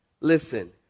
listen